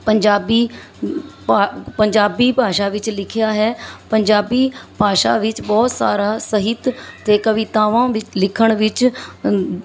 ਪੰਜਾਬੀ ਭਾਸ਼ਾ ਪੰਜਾਬੀ ਭਾਸ਼ਾ ਵਿੱਚ ਲਿਖਿਆ ਹੈ ਪੰਜਾਬੀ ਭਾਸ਼ਾ ਵਿੱਚ ਬਹੁਤ ਸਾਰਾ ਸਾਹਿਤ ਅਤੇ ਕਵਿਤਾਵਾਂ ਵਿੱਚ ਲਿਖਣ ਵਿੱਚ